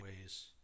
ways